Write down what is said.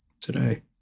today